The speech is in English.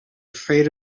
afraid